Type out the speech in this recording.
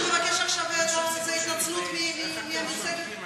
התנצלות מעמית סגל?